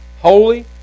holy